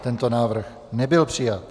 Tento návrh nebyl přijat.